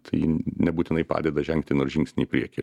tai nebūtinai padeda žengti nors žingsnį į priekį